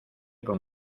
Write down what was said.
con